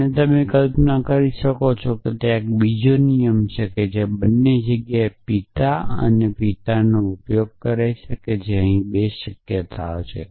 અને તમે કલ્પના કરી શકો છો કે ત્યાં એક બીજો નિયમ છે જે બંને જગ્યાએ પિતા અને પિતાનો ઉપયોગ કરે છે જેથી અહીં 2 શક્યતાઓ છે